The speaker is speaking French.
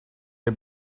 les